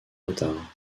retard